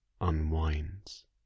unwinds